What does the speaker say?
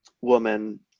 woman